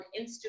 Instagram